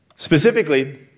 Specifically